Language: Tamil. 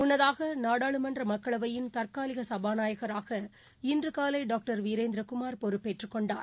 முன்னதாக நாடாளுமன்ற மக்களவையின் தற்காலிக சபாநாயகராக இன்று காலை டாக்டர் வீரேந்திர குமார் பொறுப்பேற்றுக் கொண்டார்